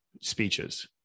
speeches